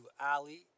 Ali